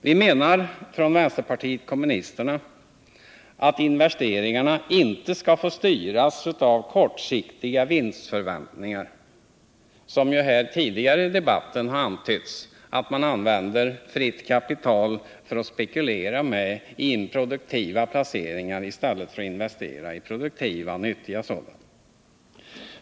Vi från vänsterpartiet kommunisterna menar att investeringarna inte skall få styras av kortsiktiga vinstförväntningar. Tidigare i debatten har det antytts att företagen använder fritt kapital till spekulation i improduktiva placeringar i stället för att placera pengarna i produktiva och nyttiga investeringar.